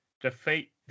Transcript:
defeat